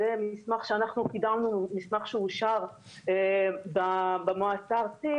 זה מסמך שאושר במועצה הארצית,